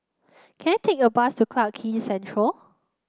can I take a bus to Clarke Quay Central